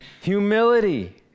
humility